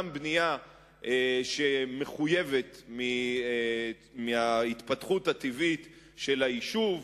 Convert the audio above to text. גם בנייה שמחויבת מההתפתחות הטבעית של היישוב,